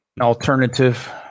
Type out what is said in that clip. alternative